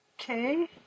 Okay